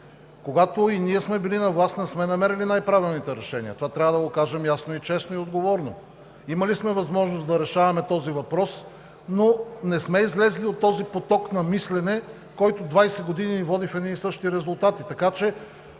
Когато и ние сме били на власт, не сме намерили най-правилните решения. Това трябва да кажем ясно, честно и отговорно. Имали сме възможност да решаваме този въпрос, но не сме излезли от този поток на мислене, който 20 години ни води към едни и същи резултати. Моя